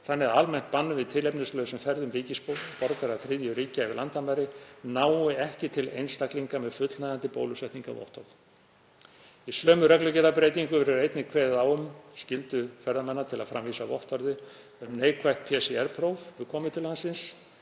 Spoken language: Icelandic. þannig að almennt bann við tilefnislausum ferðum ríkisborgara þriðju ríkja yfir ytri landamæri nái ekki til einstaklinga með fullnægjandi bólusetningarvottorð. Í sömu reglugerðarbreytingu verður einnig kveðið á um skyldu ferðamanna til að framvísa vottorði um neikvætt PCR-próf við komu til landsins.